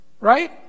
right